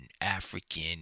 African